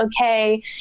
okay